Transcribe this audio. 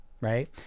right